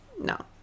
No